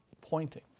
pointing